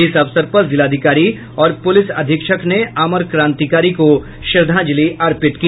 इस अवसर पर जिलाधिकारी और पुलिस अधीक्षक ने अमर क्रांतिकारी को श्रद्धांजलि अर्पित की